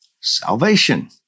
salvation